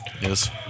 Yes